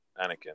Anakin